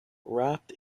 wrapped